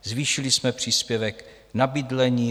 Zvýšili jsme příspěvek na bydlení.